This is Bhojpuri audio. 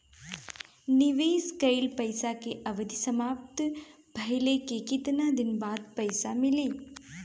निवेश कइल पइसा के अवधि समाप्त भइले के केतना दिन बाद पइसा मिली?